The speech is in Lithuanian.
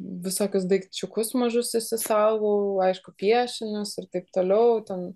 visokius daikčiukus mažus išsisaugau aišku piešinius ir taip toliau ten